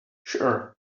sure